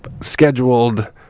scheduled